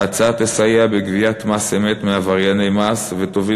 ההצעה תסייע בגביית מס אמת מעברייני מס ותוביל